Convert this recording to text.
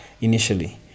initially